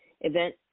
event